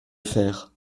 faire